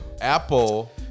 Apple